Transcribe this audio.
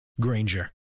Granger